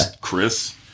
chris